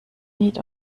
niet